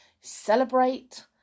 Celebrate